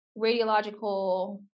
radiological